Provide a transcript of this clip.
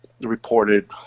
reported